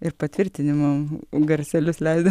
ir patvirtinimų garselius leido